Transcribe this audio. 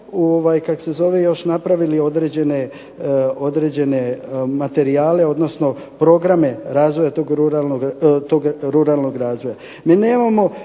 što mi nismo još napravili određene materijale, odnosno programe razvoja tog ruralnog razvoja. Mi nemamo,